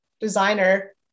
designer